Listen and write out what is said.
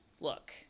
Look